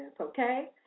okay